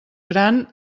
gran